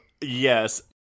yes